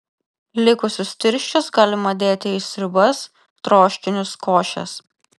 likusius tirščius galima dėti į sriubas troškinius košes